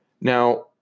now